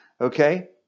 okay